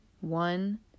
One